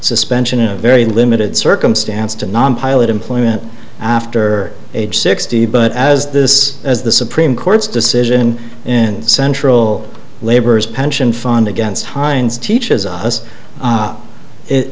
suspension in a very limited circumstance to non pilot employment after age sixty but as this as the supreme court's decision in central labour's pension fund against hines teaches us